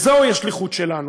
זוהי השליחות שלנו.